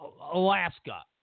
Alaska